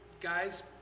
guys